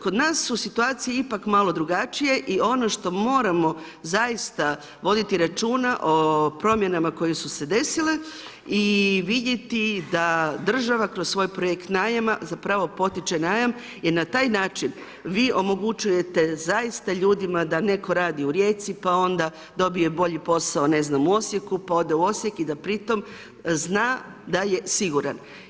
Kod nas su situacije ipak malo drugačije i ono što moramo zaista voditi računa o promjenama koje su se desile i vidjeti da država kroz svoj projekt najma zapravo potiče najam jer na taj način vi omogućujete zaista ljudima da netko radi u Rijeci pa onda dobije bolji posao u Osijeku pa ode u Osijek i da pri tome zna da je siguran.